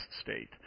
state